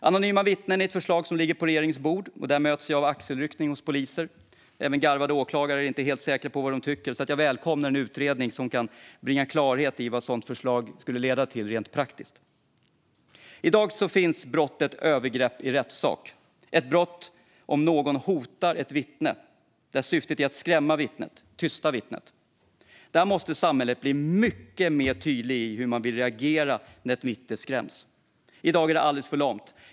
Anonyma vittnen är ett förslag som ligger på regeringens bord. Där möts jag av axelryckningar hos poliser. Även garvade åklagare är inte helt säkra på vad de tycker, så jag välkomnar en utredning som kan bringa klarhet i vad ett sådant förslag skulle leda till rent praktiskt. I dag finns brottet övergrepp i rättssak om någon hotar ett vittne, där syftet är att skrämma vittnet och tysta vittnet. Där måste samhället bli mycket mer tydligt om hur man vill reagera när ett vittne skräms. I dag är det alldeles för lamt.